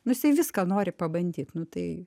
nu jisai viską nori pabandyt nu tai